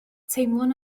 teimlwn